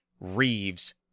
Reeves